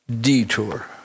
detour